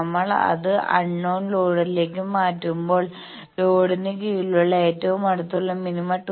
നമ്മൾ അത് അൺനോൺ ലോഡിലേക്ക് മാറ്റുമ്പോൾ ലോഡിന് കീഴിലുള്ള ഏറ്റവും അടുത്തുള്ള മിനിമ 2